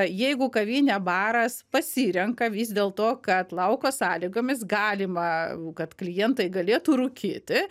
jeigu kavinė baras pasirenka vis dėlto kad lauko sąlygomis galima kad klientai galėtų rūkyti